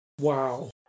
Wow